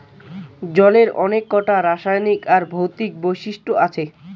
জলের অনেক কোটা রাসায়নিক আর ভৌতিক বৈশিষ্ট আছি